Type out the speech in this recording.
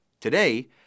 Today